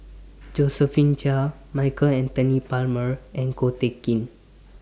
Josephine Chia Michael Anthony Palmer and Ko Teck Kin